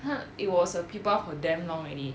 it was a pupa for damn long already